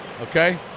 Okay